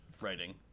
writing